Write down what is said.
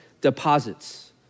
deposits